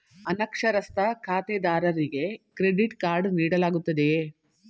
ಅನಕ್ಷರಸ್ಥ ಖಾತೆದಾರರಿಗೆ credit card ನೀಡಲಾಗುತ್ತದೆಯೇ?